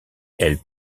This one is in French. elle